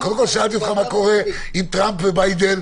קודם כל שאלתי אותך מה קורה עם טראמפ וביידן.